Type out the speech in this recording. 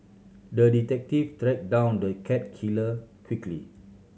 the detective tracked down the cat killer quickly